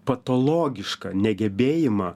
patologišką negebėjimą